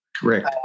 Correct